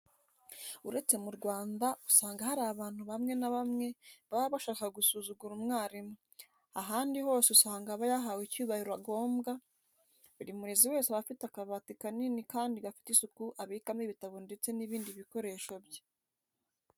Uretse mu Rwanda usanga hari abantu bamwe na bamwe baba bashaka gusuzugura umwarimu, ahandi hose usanga aba yahawe icyubahiro agombwa. Buri murezi wese aba afite akabati kanini kandi gafite isuku abikamo ibitabo ndetse n'ibindi bikoresho bye.